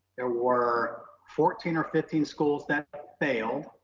there were fourteen or fifteen schools that failed,